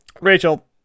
Rachel